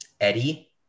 Eddie